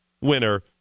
winner